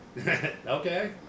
Okay